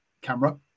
camera